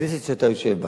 הכנסת שאתה יושב בה